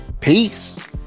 peace